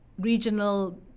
regional